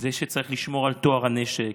כך שצריך לשמור על טוהר הנשק,